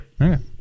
Okay